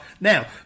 now